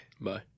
Bye